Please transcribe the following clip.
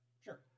Sure